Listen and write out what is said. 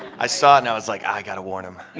i saw it and i was like i got to warn him.